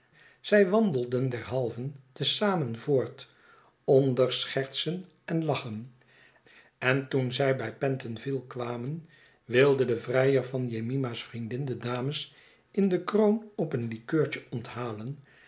zij wandelden derhalve te zamen voort onder schertsen en lachen en toen zij bij pentonville kwamen wilde de vrijer van jemima's vriendin de dames in de kroon op een likeurtje onthalen